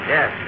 Yes